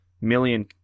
million